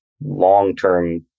long-term